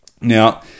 Now